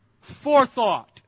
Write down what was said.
forethought